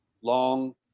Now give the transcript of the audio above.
long